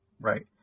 Right